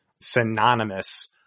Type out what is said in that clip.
synonymous